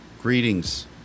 Greetings